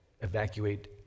evacuate